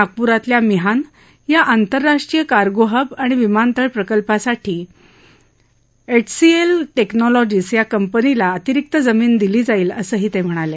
नागपूरातल्या मिहान या आंतरराष्ट्रीय कार्गोहब आणि विमानतळ प्रकल्पासाठी एचसीएल टेक्नॉलॉजिस या कंपनीला अतिरिक्त जमीन दिली जाईल असंही ते म्हणाले